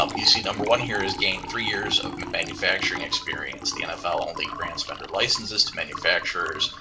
um you see number one here is gain three years of manufacturing experience. the nfl only grants vendor licenses to manufacturers,